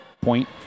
point